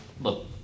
Look